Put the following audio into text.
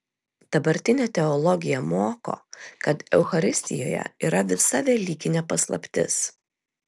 dabartinė teologija moko kad eucharistijoje yra visa velykinė paslaptis